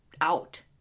out